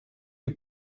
you